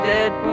Dead